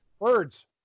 birds